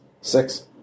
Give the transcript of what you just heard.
Six